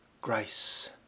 grace